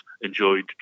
enjoyed